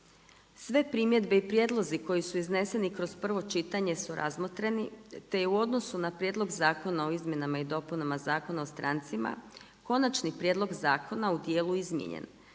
Sve primjedbe i prijedlozi koji su izneseni kroz čitanje su razmotreni, te je u odnosu na Prijedlog Zakona o izmjenama i dopunama Zakona o strancima, konačni prijedlog zakona u dijelu izmijenjen.